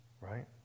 right